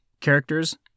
Characters